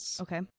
okay